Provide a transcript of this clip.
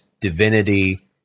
divinity